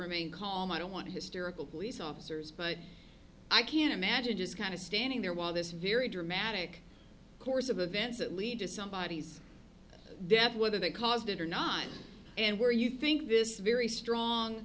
remain calm i don't want hysterical police officers but i can imagine just kind of standing there while this very dramatic course of events that lead to some bodies there whether they caused it or not and where you think this very strong